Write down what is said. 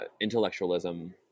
intellectualism